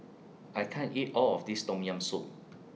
I can't eat All of This Tom Tam Soup